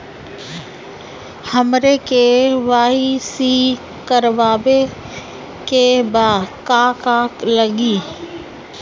हमरा के.वाइ.सी करबाबे के बा का का लागि?